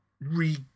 re